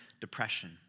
depression